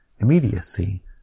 immediacy